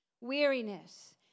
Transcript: Weariness